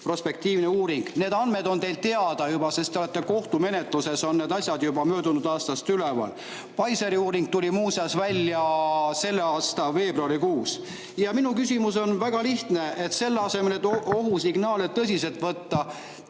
prospektiivne uuring. Need andmed on teile teada, sest te olete kohtumenetluses, need asjad on juba möödunud aastast üleval. Pfizeri uuring tuli muuseas välja selle aasta veebruarikuus. Ja minu küsimus on väga lihtne. Selle asemel et ohusignaale tõsiselt võtta,